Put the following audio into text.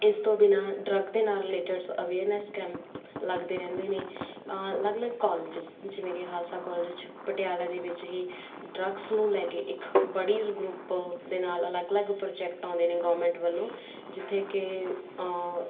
ਇਸ ਤੋਂ ਬਿਨਾਂ ਡਰੱਗ ਦੇ ਨਾਲ ਰਿਲੇਟਡਸ ਅਵੇਅਰਨੈੱਸ ਕੈਂਪ ਲੱਗਦੇ ਰਹਿੰਦੇ ਨੇ ਅਲੱਗ ਅਲੱਗ ਕੋਲਜਸ ਜਿਵੇਂ ਕਿ ਖਾਲਸਾ ਕੋਲੇਜ ਪਟਿਆਲਾ ਦੇ ਵਿੱਚ ਹੀ ਡਰੱਗਸ ਨੂੰ ਲੈ ਕੇ ਇੱਕ ਬੱਡੀਜ਼ ਗਰੁੱਪ ਦੇ ਨਾਲ ਅਲੱਗ ਅਲੱਗ ਪ੍ਰੋਜੈਕਟ ਆਉਂਦੇ ਨੇ ਗੋਂਰਮੈਂਟ ਵੱਲੋਂ ਜਿੱਥੇ ਕਿ